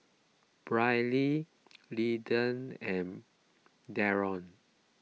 Brylee Lidie and Darrion